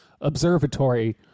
observatory